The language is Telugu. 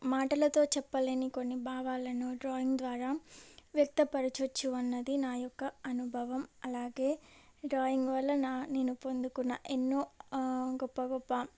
మాటలతో చెప్పలేని కొన్ని భావాలను డ్రాయింగ్ ద్వారా వ్యక్తపరచవచ్చు అన్నది నాయొక్క అనుభవం అలాగే డ్రాయింగ్ వల్ల నా నేను పొందుకున్న ఎన్నో గొప్ప గొప్ప